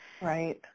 Right